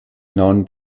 non